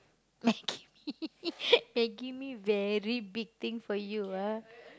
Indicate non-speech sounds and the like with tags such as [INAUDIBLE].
Maggi mee [LAUGHS] Maggi mee very big thing for you ah [NOISE]